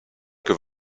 que